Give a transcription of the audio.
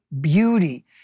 beauty